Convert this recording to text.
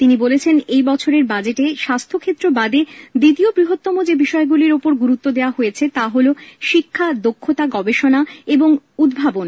তিনি বলেছেন এই বছরের বাজেটে স্বাস্থ্যক্ষেত্র বাদে দ্বিতীয় বৃহত্তম যে বিষয়গুলির ওপর গুরুত্ব দেওয়া হয়েছে তা হলো শিক্ষা দক্ষতা গবেষণা এওং উদ্ভাবন